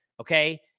Okay